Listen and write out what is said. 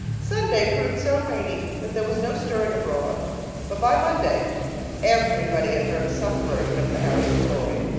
sunday proved so rainy that there was no stirring abroad but by monday everybody had heard some version of the harrison story.